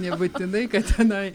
nebūtinai kad tenai